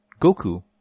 Goku